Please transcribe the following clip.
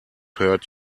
hurt